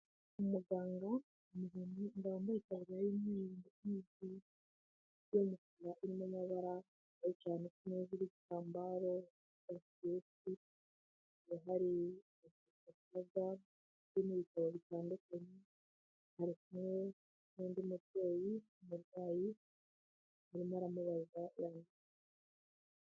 Umuganga mubonye wambaye itaburiya y'umweru n'ipantalo y'umukara irimo amabara makumyabiri tambaro hakaba hari bitandukanye ari kumwe n'undi mubyeyi umurwayi arimo aramubaza.